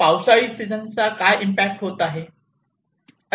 पावसाळी सीझनचा काय इम्पॅक्ट होत आहे